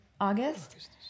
August